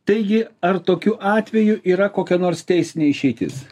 taigi ar tokiu atveju yra kokia nors teisinė išeitis